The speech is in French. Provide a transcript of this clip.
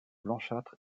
blanchâtre